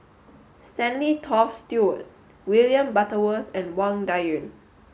Stanley Toft Stewart William Butterworth and Wang Dayuan